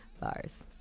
bars